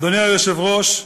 אדוני היושב-ראש,